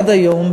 עד היום,